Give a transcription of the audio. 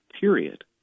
period